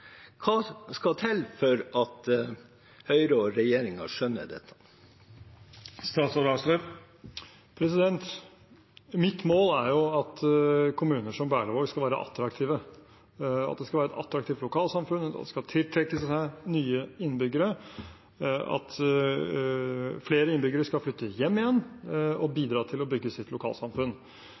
Hva skal til for at Høyre og regjeringen skjønner dette? Mitt mål er at kommuner som Berlevåg skal være attraktive, at det skal være et attraktivt lokalsamfunn som skal tiltrekke seg nye innbyggere, og at flere innbyggere skal flytte hjem igjen og bidra til å bygge sitt lokalsamfunn.